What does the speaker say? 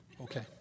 Okay